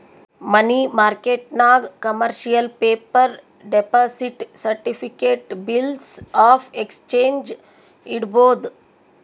ಮನಿ ಮಾರ್ಕೆಟ್ನಾಗ್ commercial paper, deposit certificate, bills of exchange ಇಡ್ಬೋದ್